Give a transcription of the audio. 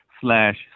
slash